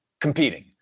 competing